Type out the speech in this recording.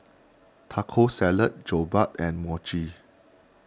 Taco Salad Jokbal and Mochi